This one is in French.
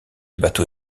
bateau